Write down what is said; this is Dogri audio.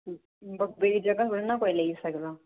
बब्बै दी जगह थोह्ड़े ना कोई लेई सकदा